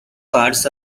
cards